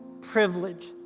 privilege